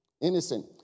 innocent